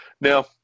Now